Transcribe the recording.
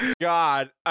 god